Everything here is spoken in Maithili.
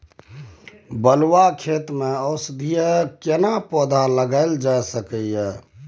बलुआ खेत में औषधीय केना पौधा लगायल जा सकै ये?